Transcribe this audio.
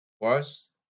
Worse